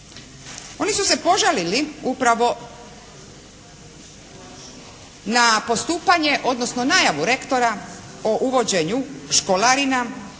Oni su se požalili upravo na postupanje odnosno najavu rektora o uvođenju školarina.